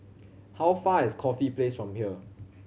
how far is Corfe Place from here